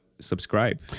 subscribe